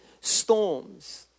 storms